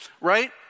right